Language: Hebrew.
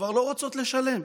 כבר לא רוצות לשלם,